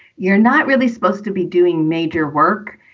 you're not really supposed to be doing major work.